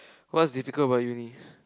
what's difficult about uni